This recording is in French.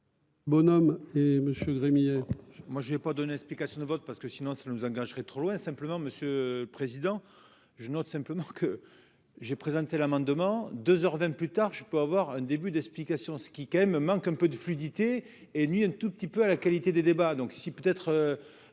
Bonhomme et Monsieur Rémy.